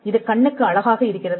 இது கண்ணுக்கு அழகாக இருக்கிறது